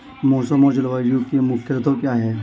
मौसम और जलवायु के मुख्य तत्व क्या हैं?